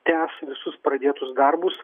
tęs visus pradėtus darbus